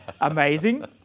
Amazing